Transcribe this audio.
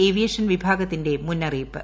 aviation വിഭാഗത്തിന്റെ മുന്നറിയിപ്പ്